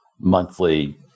monthly